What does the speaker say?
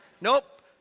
Nope